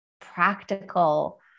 practical